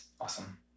Awesome